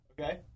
Okay